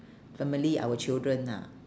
family our children ah